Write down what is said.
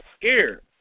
scared